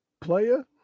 Player